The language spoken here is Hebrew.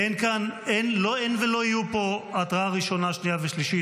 אין כאן ולא יהיו פה התראה ראשונה, שנייה ושלישית.